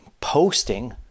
posting